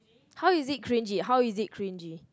how is it cringy how is it cringy